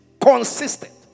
consistent